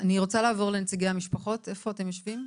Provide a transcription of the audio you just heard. אני רוצה לעבור לנציגי המשפחות, איפה אתם יושבים?